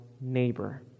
neighbor